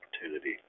opportunity